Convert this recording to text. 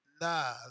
Nah